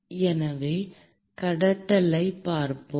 எனவே கடத்தலைப் பார்ப்போம்